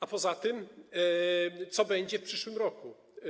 A po za tym co będzie w przyszłym roku?